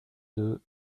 deux